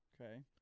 Okay